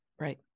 Right